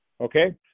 okay